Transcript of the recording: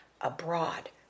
abroad